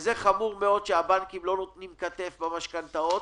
זה חמור מאוד שהבנקים לא נותנים כתף במשכנתאות.